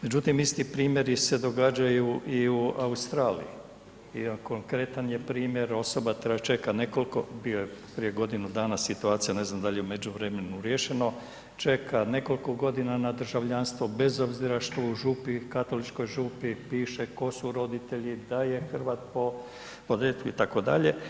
Međutim, isti primjeri se događaju i u Australiji, jedan je konkretan primjer osoba treba čekat nekoliko, bio je prije godinu dana situacija, ne znam dal je u međuvremenu riješeno, čeka nekoliko godina na državljanstvo bez obzira što u župi, katoličkoj župi piše tko su roditelji, da je Hrvat po podrijetlu itd.